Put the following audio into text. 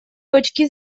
точки